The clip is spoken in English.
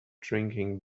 drinking